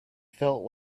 felt